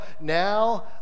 now